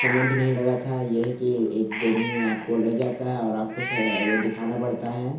समय भी नहीं लगा था यह है कि एक दो महीने आपको लग जाता है और आपको वह दिखाना पड़ता है